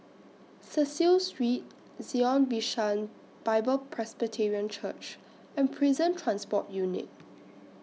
Cecil Street Zion Bishan Bible Presbyterian Church and Prison Transport Unit